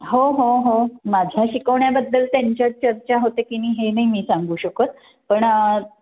हो हो हो माझ्या शिकवण्याबद्दल त्यांच्यात चर्चा होते की नाही हे नाही मी सांगू शकत पण